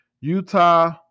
Utah